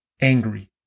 angry